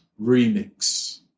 remix